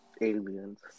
Aliens